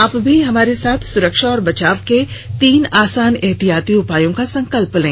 आप भी हमारे साथ सुरक्षा और बचाव के तीन आसान एहतियाती उपायों का संकल्प लें